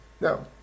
No